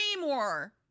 more